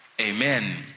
Amen